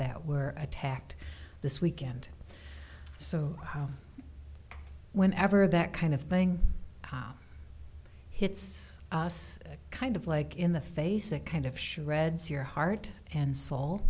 that were attacked this weekend so whenever that kind of thing hits us kind of like in the face it kind of shreds your heart and soul